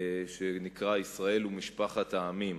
שנקרא "ישראל ומשפחת העמים".